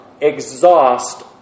exhaust